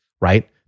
right